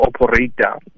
operator